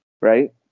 right